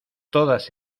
todas